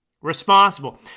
Responsible